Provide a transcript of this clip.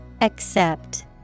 Accept